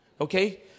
Okay